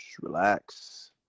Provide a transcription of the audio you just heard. Relax